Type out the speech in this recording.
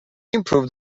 improved